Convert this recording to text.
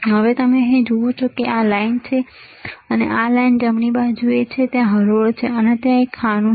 હવે અહીં તમે જુઓ આ લાઇન અને આ લાઇન જમણી બાજુએ ત્યાં હરોળ છે અને ત્યાં ખાનુ છે